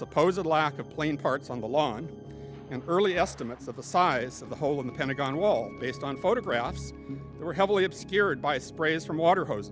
supposedly lack of plane parts on the lawn and early estimates of the size of the hole in the pentagon wall based on photographs were heavily obscured by sprays from water hose